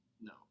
no